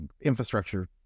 infrastructure